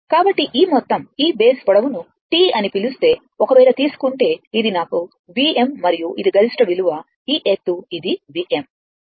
కాబట్టి ఈ మొత్తం ఈ బేస్ పొడవును T అని పిలుస్తే ఒక వేళ తీసుకుంటే ఇది నా Vm మరియు ఇది గరిష్ట విలువ ఈ ఎత్తు ఇది Vm